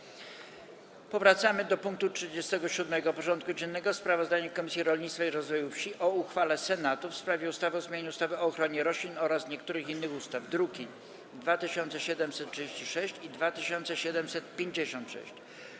Przystępujemy do rozpatrzenia punktu 37. porządku dziennego: Sprawozdanie Komisji Rolnictwa i Rozwoju Wsi o uchwale Senatu w sprawie ustawy o zmianie ustawy o ochronie roślin oraz niektórych innych ustaw (druki nr 2736 i 2756)